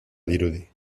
dirudi